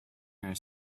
are